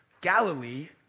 Galilee